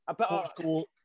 Portugal